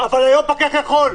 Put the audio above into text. היום פקח יכול.